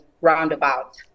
roundabout